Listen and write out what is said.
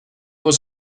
was